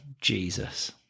Jesus